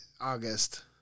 August